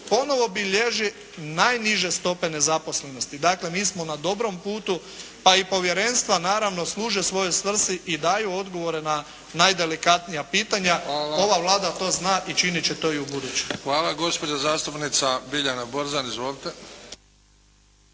ponovo bilježi najniže stope nezaposlenosti. Dakle, mi smo na dobrom putu pa i povjerenstva naravno služe svojoj svrsi i daju odgovore na najdelikatnija pitanja. Ova Vlada to zna i činit će to i u buduće. **Bebić, Luka (HDZ)** Hvala. Gospođa zastupnica Biljana Borzan, izvolite.